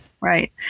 Right